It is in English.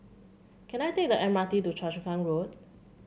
can I take the M R T to Choa Chu Kang Road